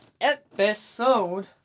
episode